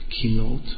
keynote